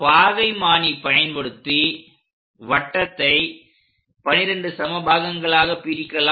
பாகைமானி பயன்படுத்தி வட்டத்தை 12 சம பாகங்களாகப் பிரிக்கலாம்